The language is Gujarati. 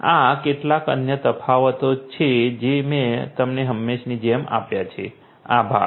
આ કેટલાક અન્ય તફાવતો છે જે મેં તમને હંમેશની જેમ આપ્યા છે આભાર